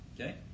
Okay